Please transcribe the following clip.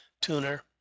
tuner